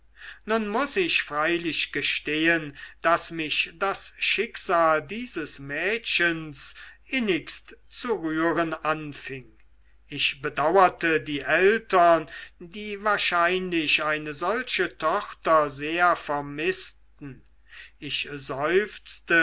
nun muß ich freilich gestehen daß mich das schicksal dieses mädchens innigst zu rühren anfing ich bedauerte die eltern die wahrscheinlich eine solche tochter sehr vermißten ich